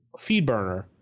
Feedburner